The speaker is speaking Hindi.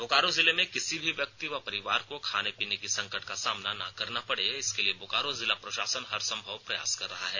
बोकारो जिले में किसी भी व्यक्ति व परिवार को खाने पीने की संकट का सामना ना करने पड़े इसके लिए बोकारो जिला प्रशासन हर सम्मव प्रयास कर रहा है